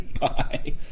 Bye